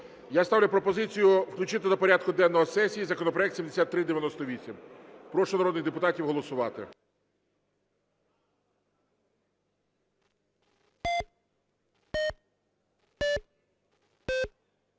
Я ставлю пропозицію включити до порядку денного сесії законопроект 7398. Прошу народних депутатів голосувати.